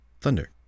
thunder